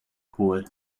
kohl